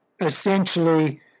essentially